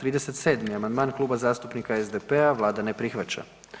37. amandman Kluba zastupnika SDP-a Vlada ne prihvaća.